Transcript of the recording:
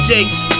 Jakes